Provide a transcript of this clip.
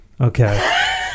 Okay